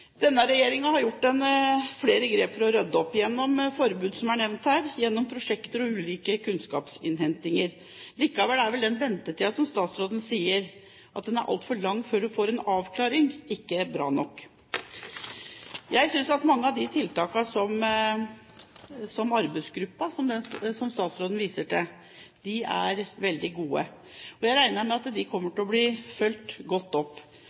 Denne regjeringen har gjort flere grep for å rydde opp – gjennom forbud, som er nevnt her, gjennom prosjekter og ulike kunnskapsinnhentinger. Likevel er vel ventetiden før en får en avklaring, som statsråden sier, altfor lang. Det er ikke bra nok. Jeg synes at mange av arbeidsgruppens tiltak, som statsråden viser til, er veldig gode. Jeg regner med at de kommer til å bli fulgt godt opp.